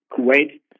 Kuwait